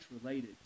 related